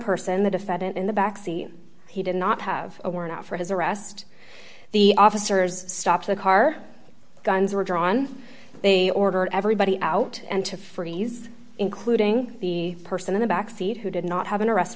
person the defendant in the backseat he did not have a warrant out for his arrest the officers stopped the car guns were drawn they ordered everybody out and to freeze including the person in the back seat who did not have an arrest